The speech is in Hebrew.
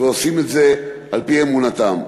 ועושים את זה על-פי אמונתם.